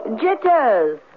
Jitters